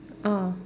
ah